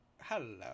Hello